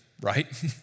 right